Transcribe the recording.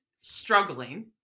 struggling